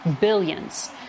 billions